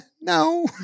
No